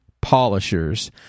polishers